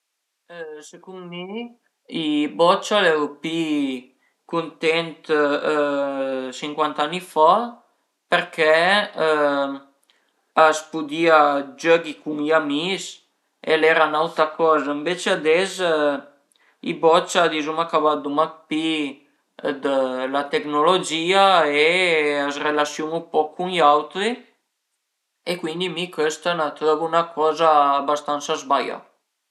Secund mi i bocia al eru pi cuntent sincuant'ani fa përché a s'pudìa giöghi cun i amis e al era ün'auta coza, ënvece ades i bocia dizuma ch'a vardu mach pi dë la tecnologìa e a së relasiun-u poch cun i auti e cuindi mi chësta la trövu 'na coza bastansa sbaglià